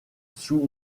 sous